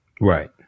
Right